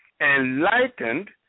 enlightened